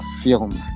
film